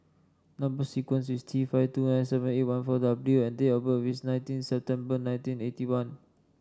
number sequence is T five two nine seven eight one four W and date of birth is nineteen September nineteen eighty one